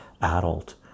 adult